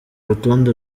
rutonde